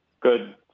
good